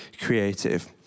Creative